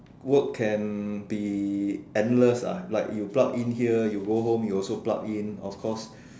work can be endless ah like you plug in here you go home you also plug in of course